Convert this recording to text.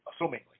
assumingly